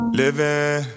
living